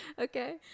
Okay